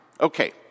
Okay